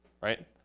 right